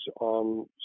on